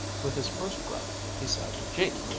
with his first breath he said, gee!